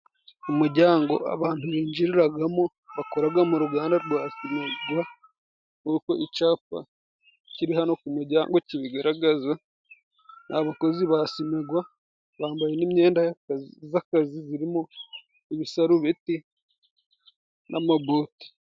Umuryango abantu binjiriraragamo ,bakoraga mu ruganda rwa simegwa ,nkuko icapa kiri hano ku umuryango kibigaragaza .Abakozi ba simegwa bambaye n'imyenda z'akazi, zirimo ibisarubeti n'amaboti.